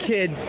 Kid